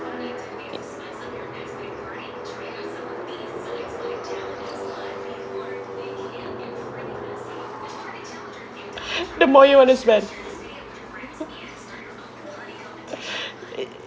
the more you want to spend